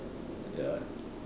ya